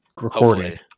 recording